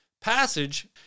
passage